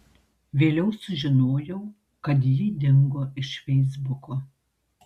vėliau sužinojau kad ji dingo iš feisbuko